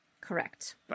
Correct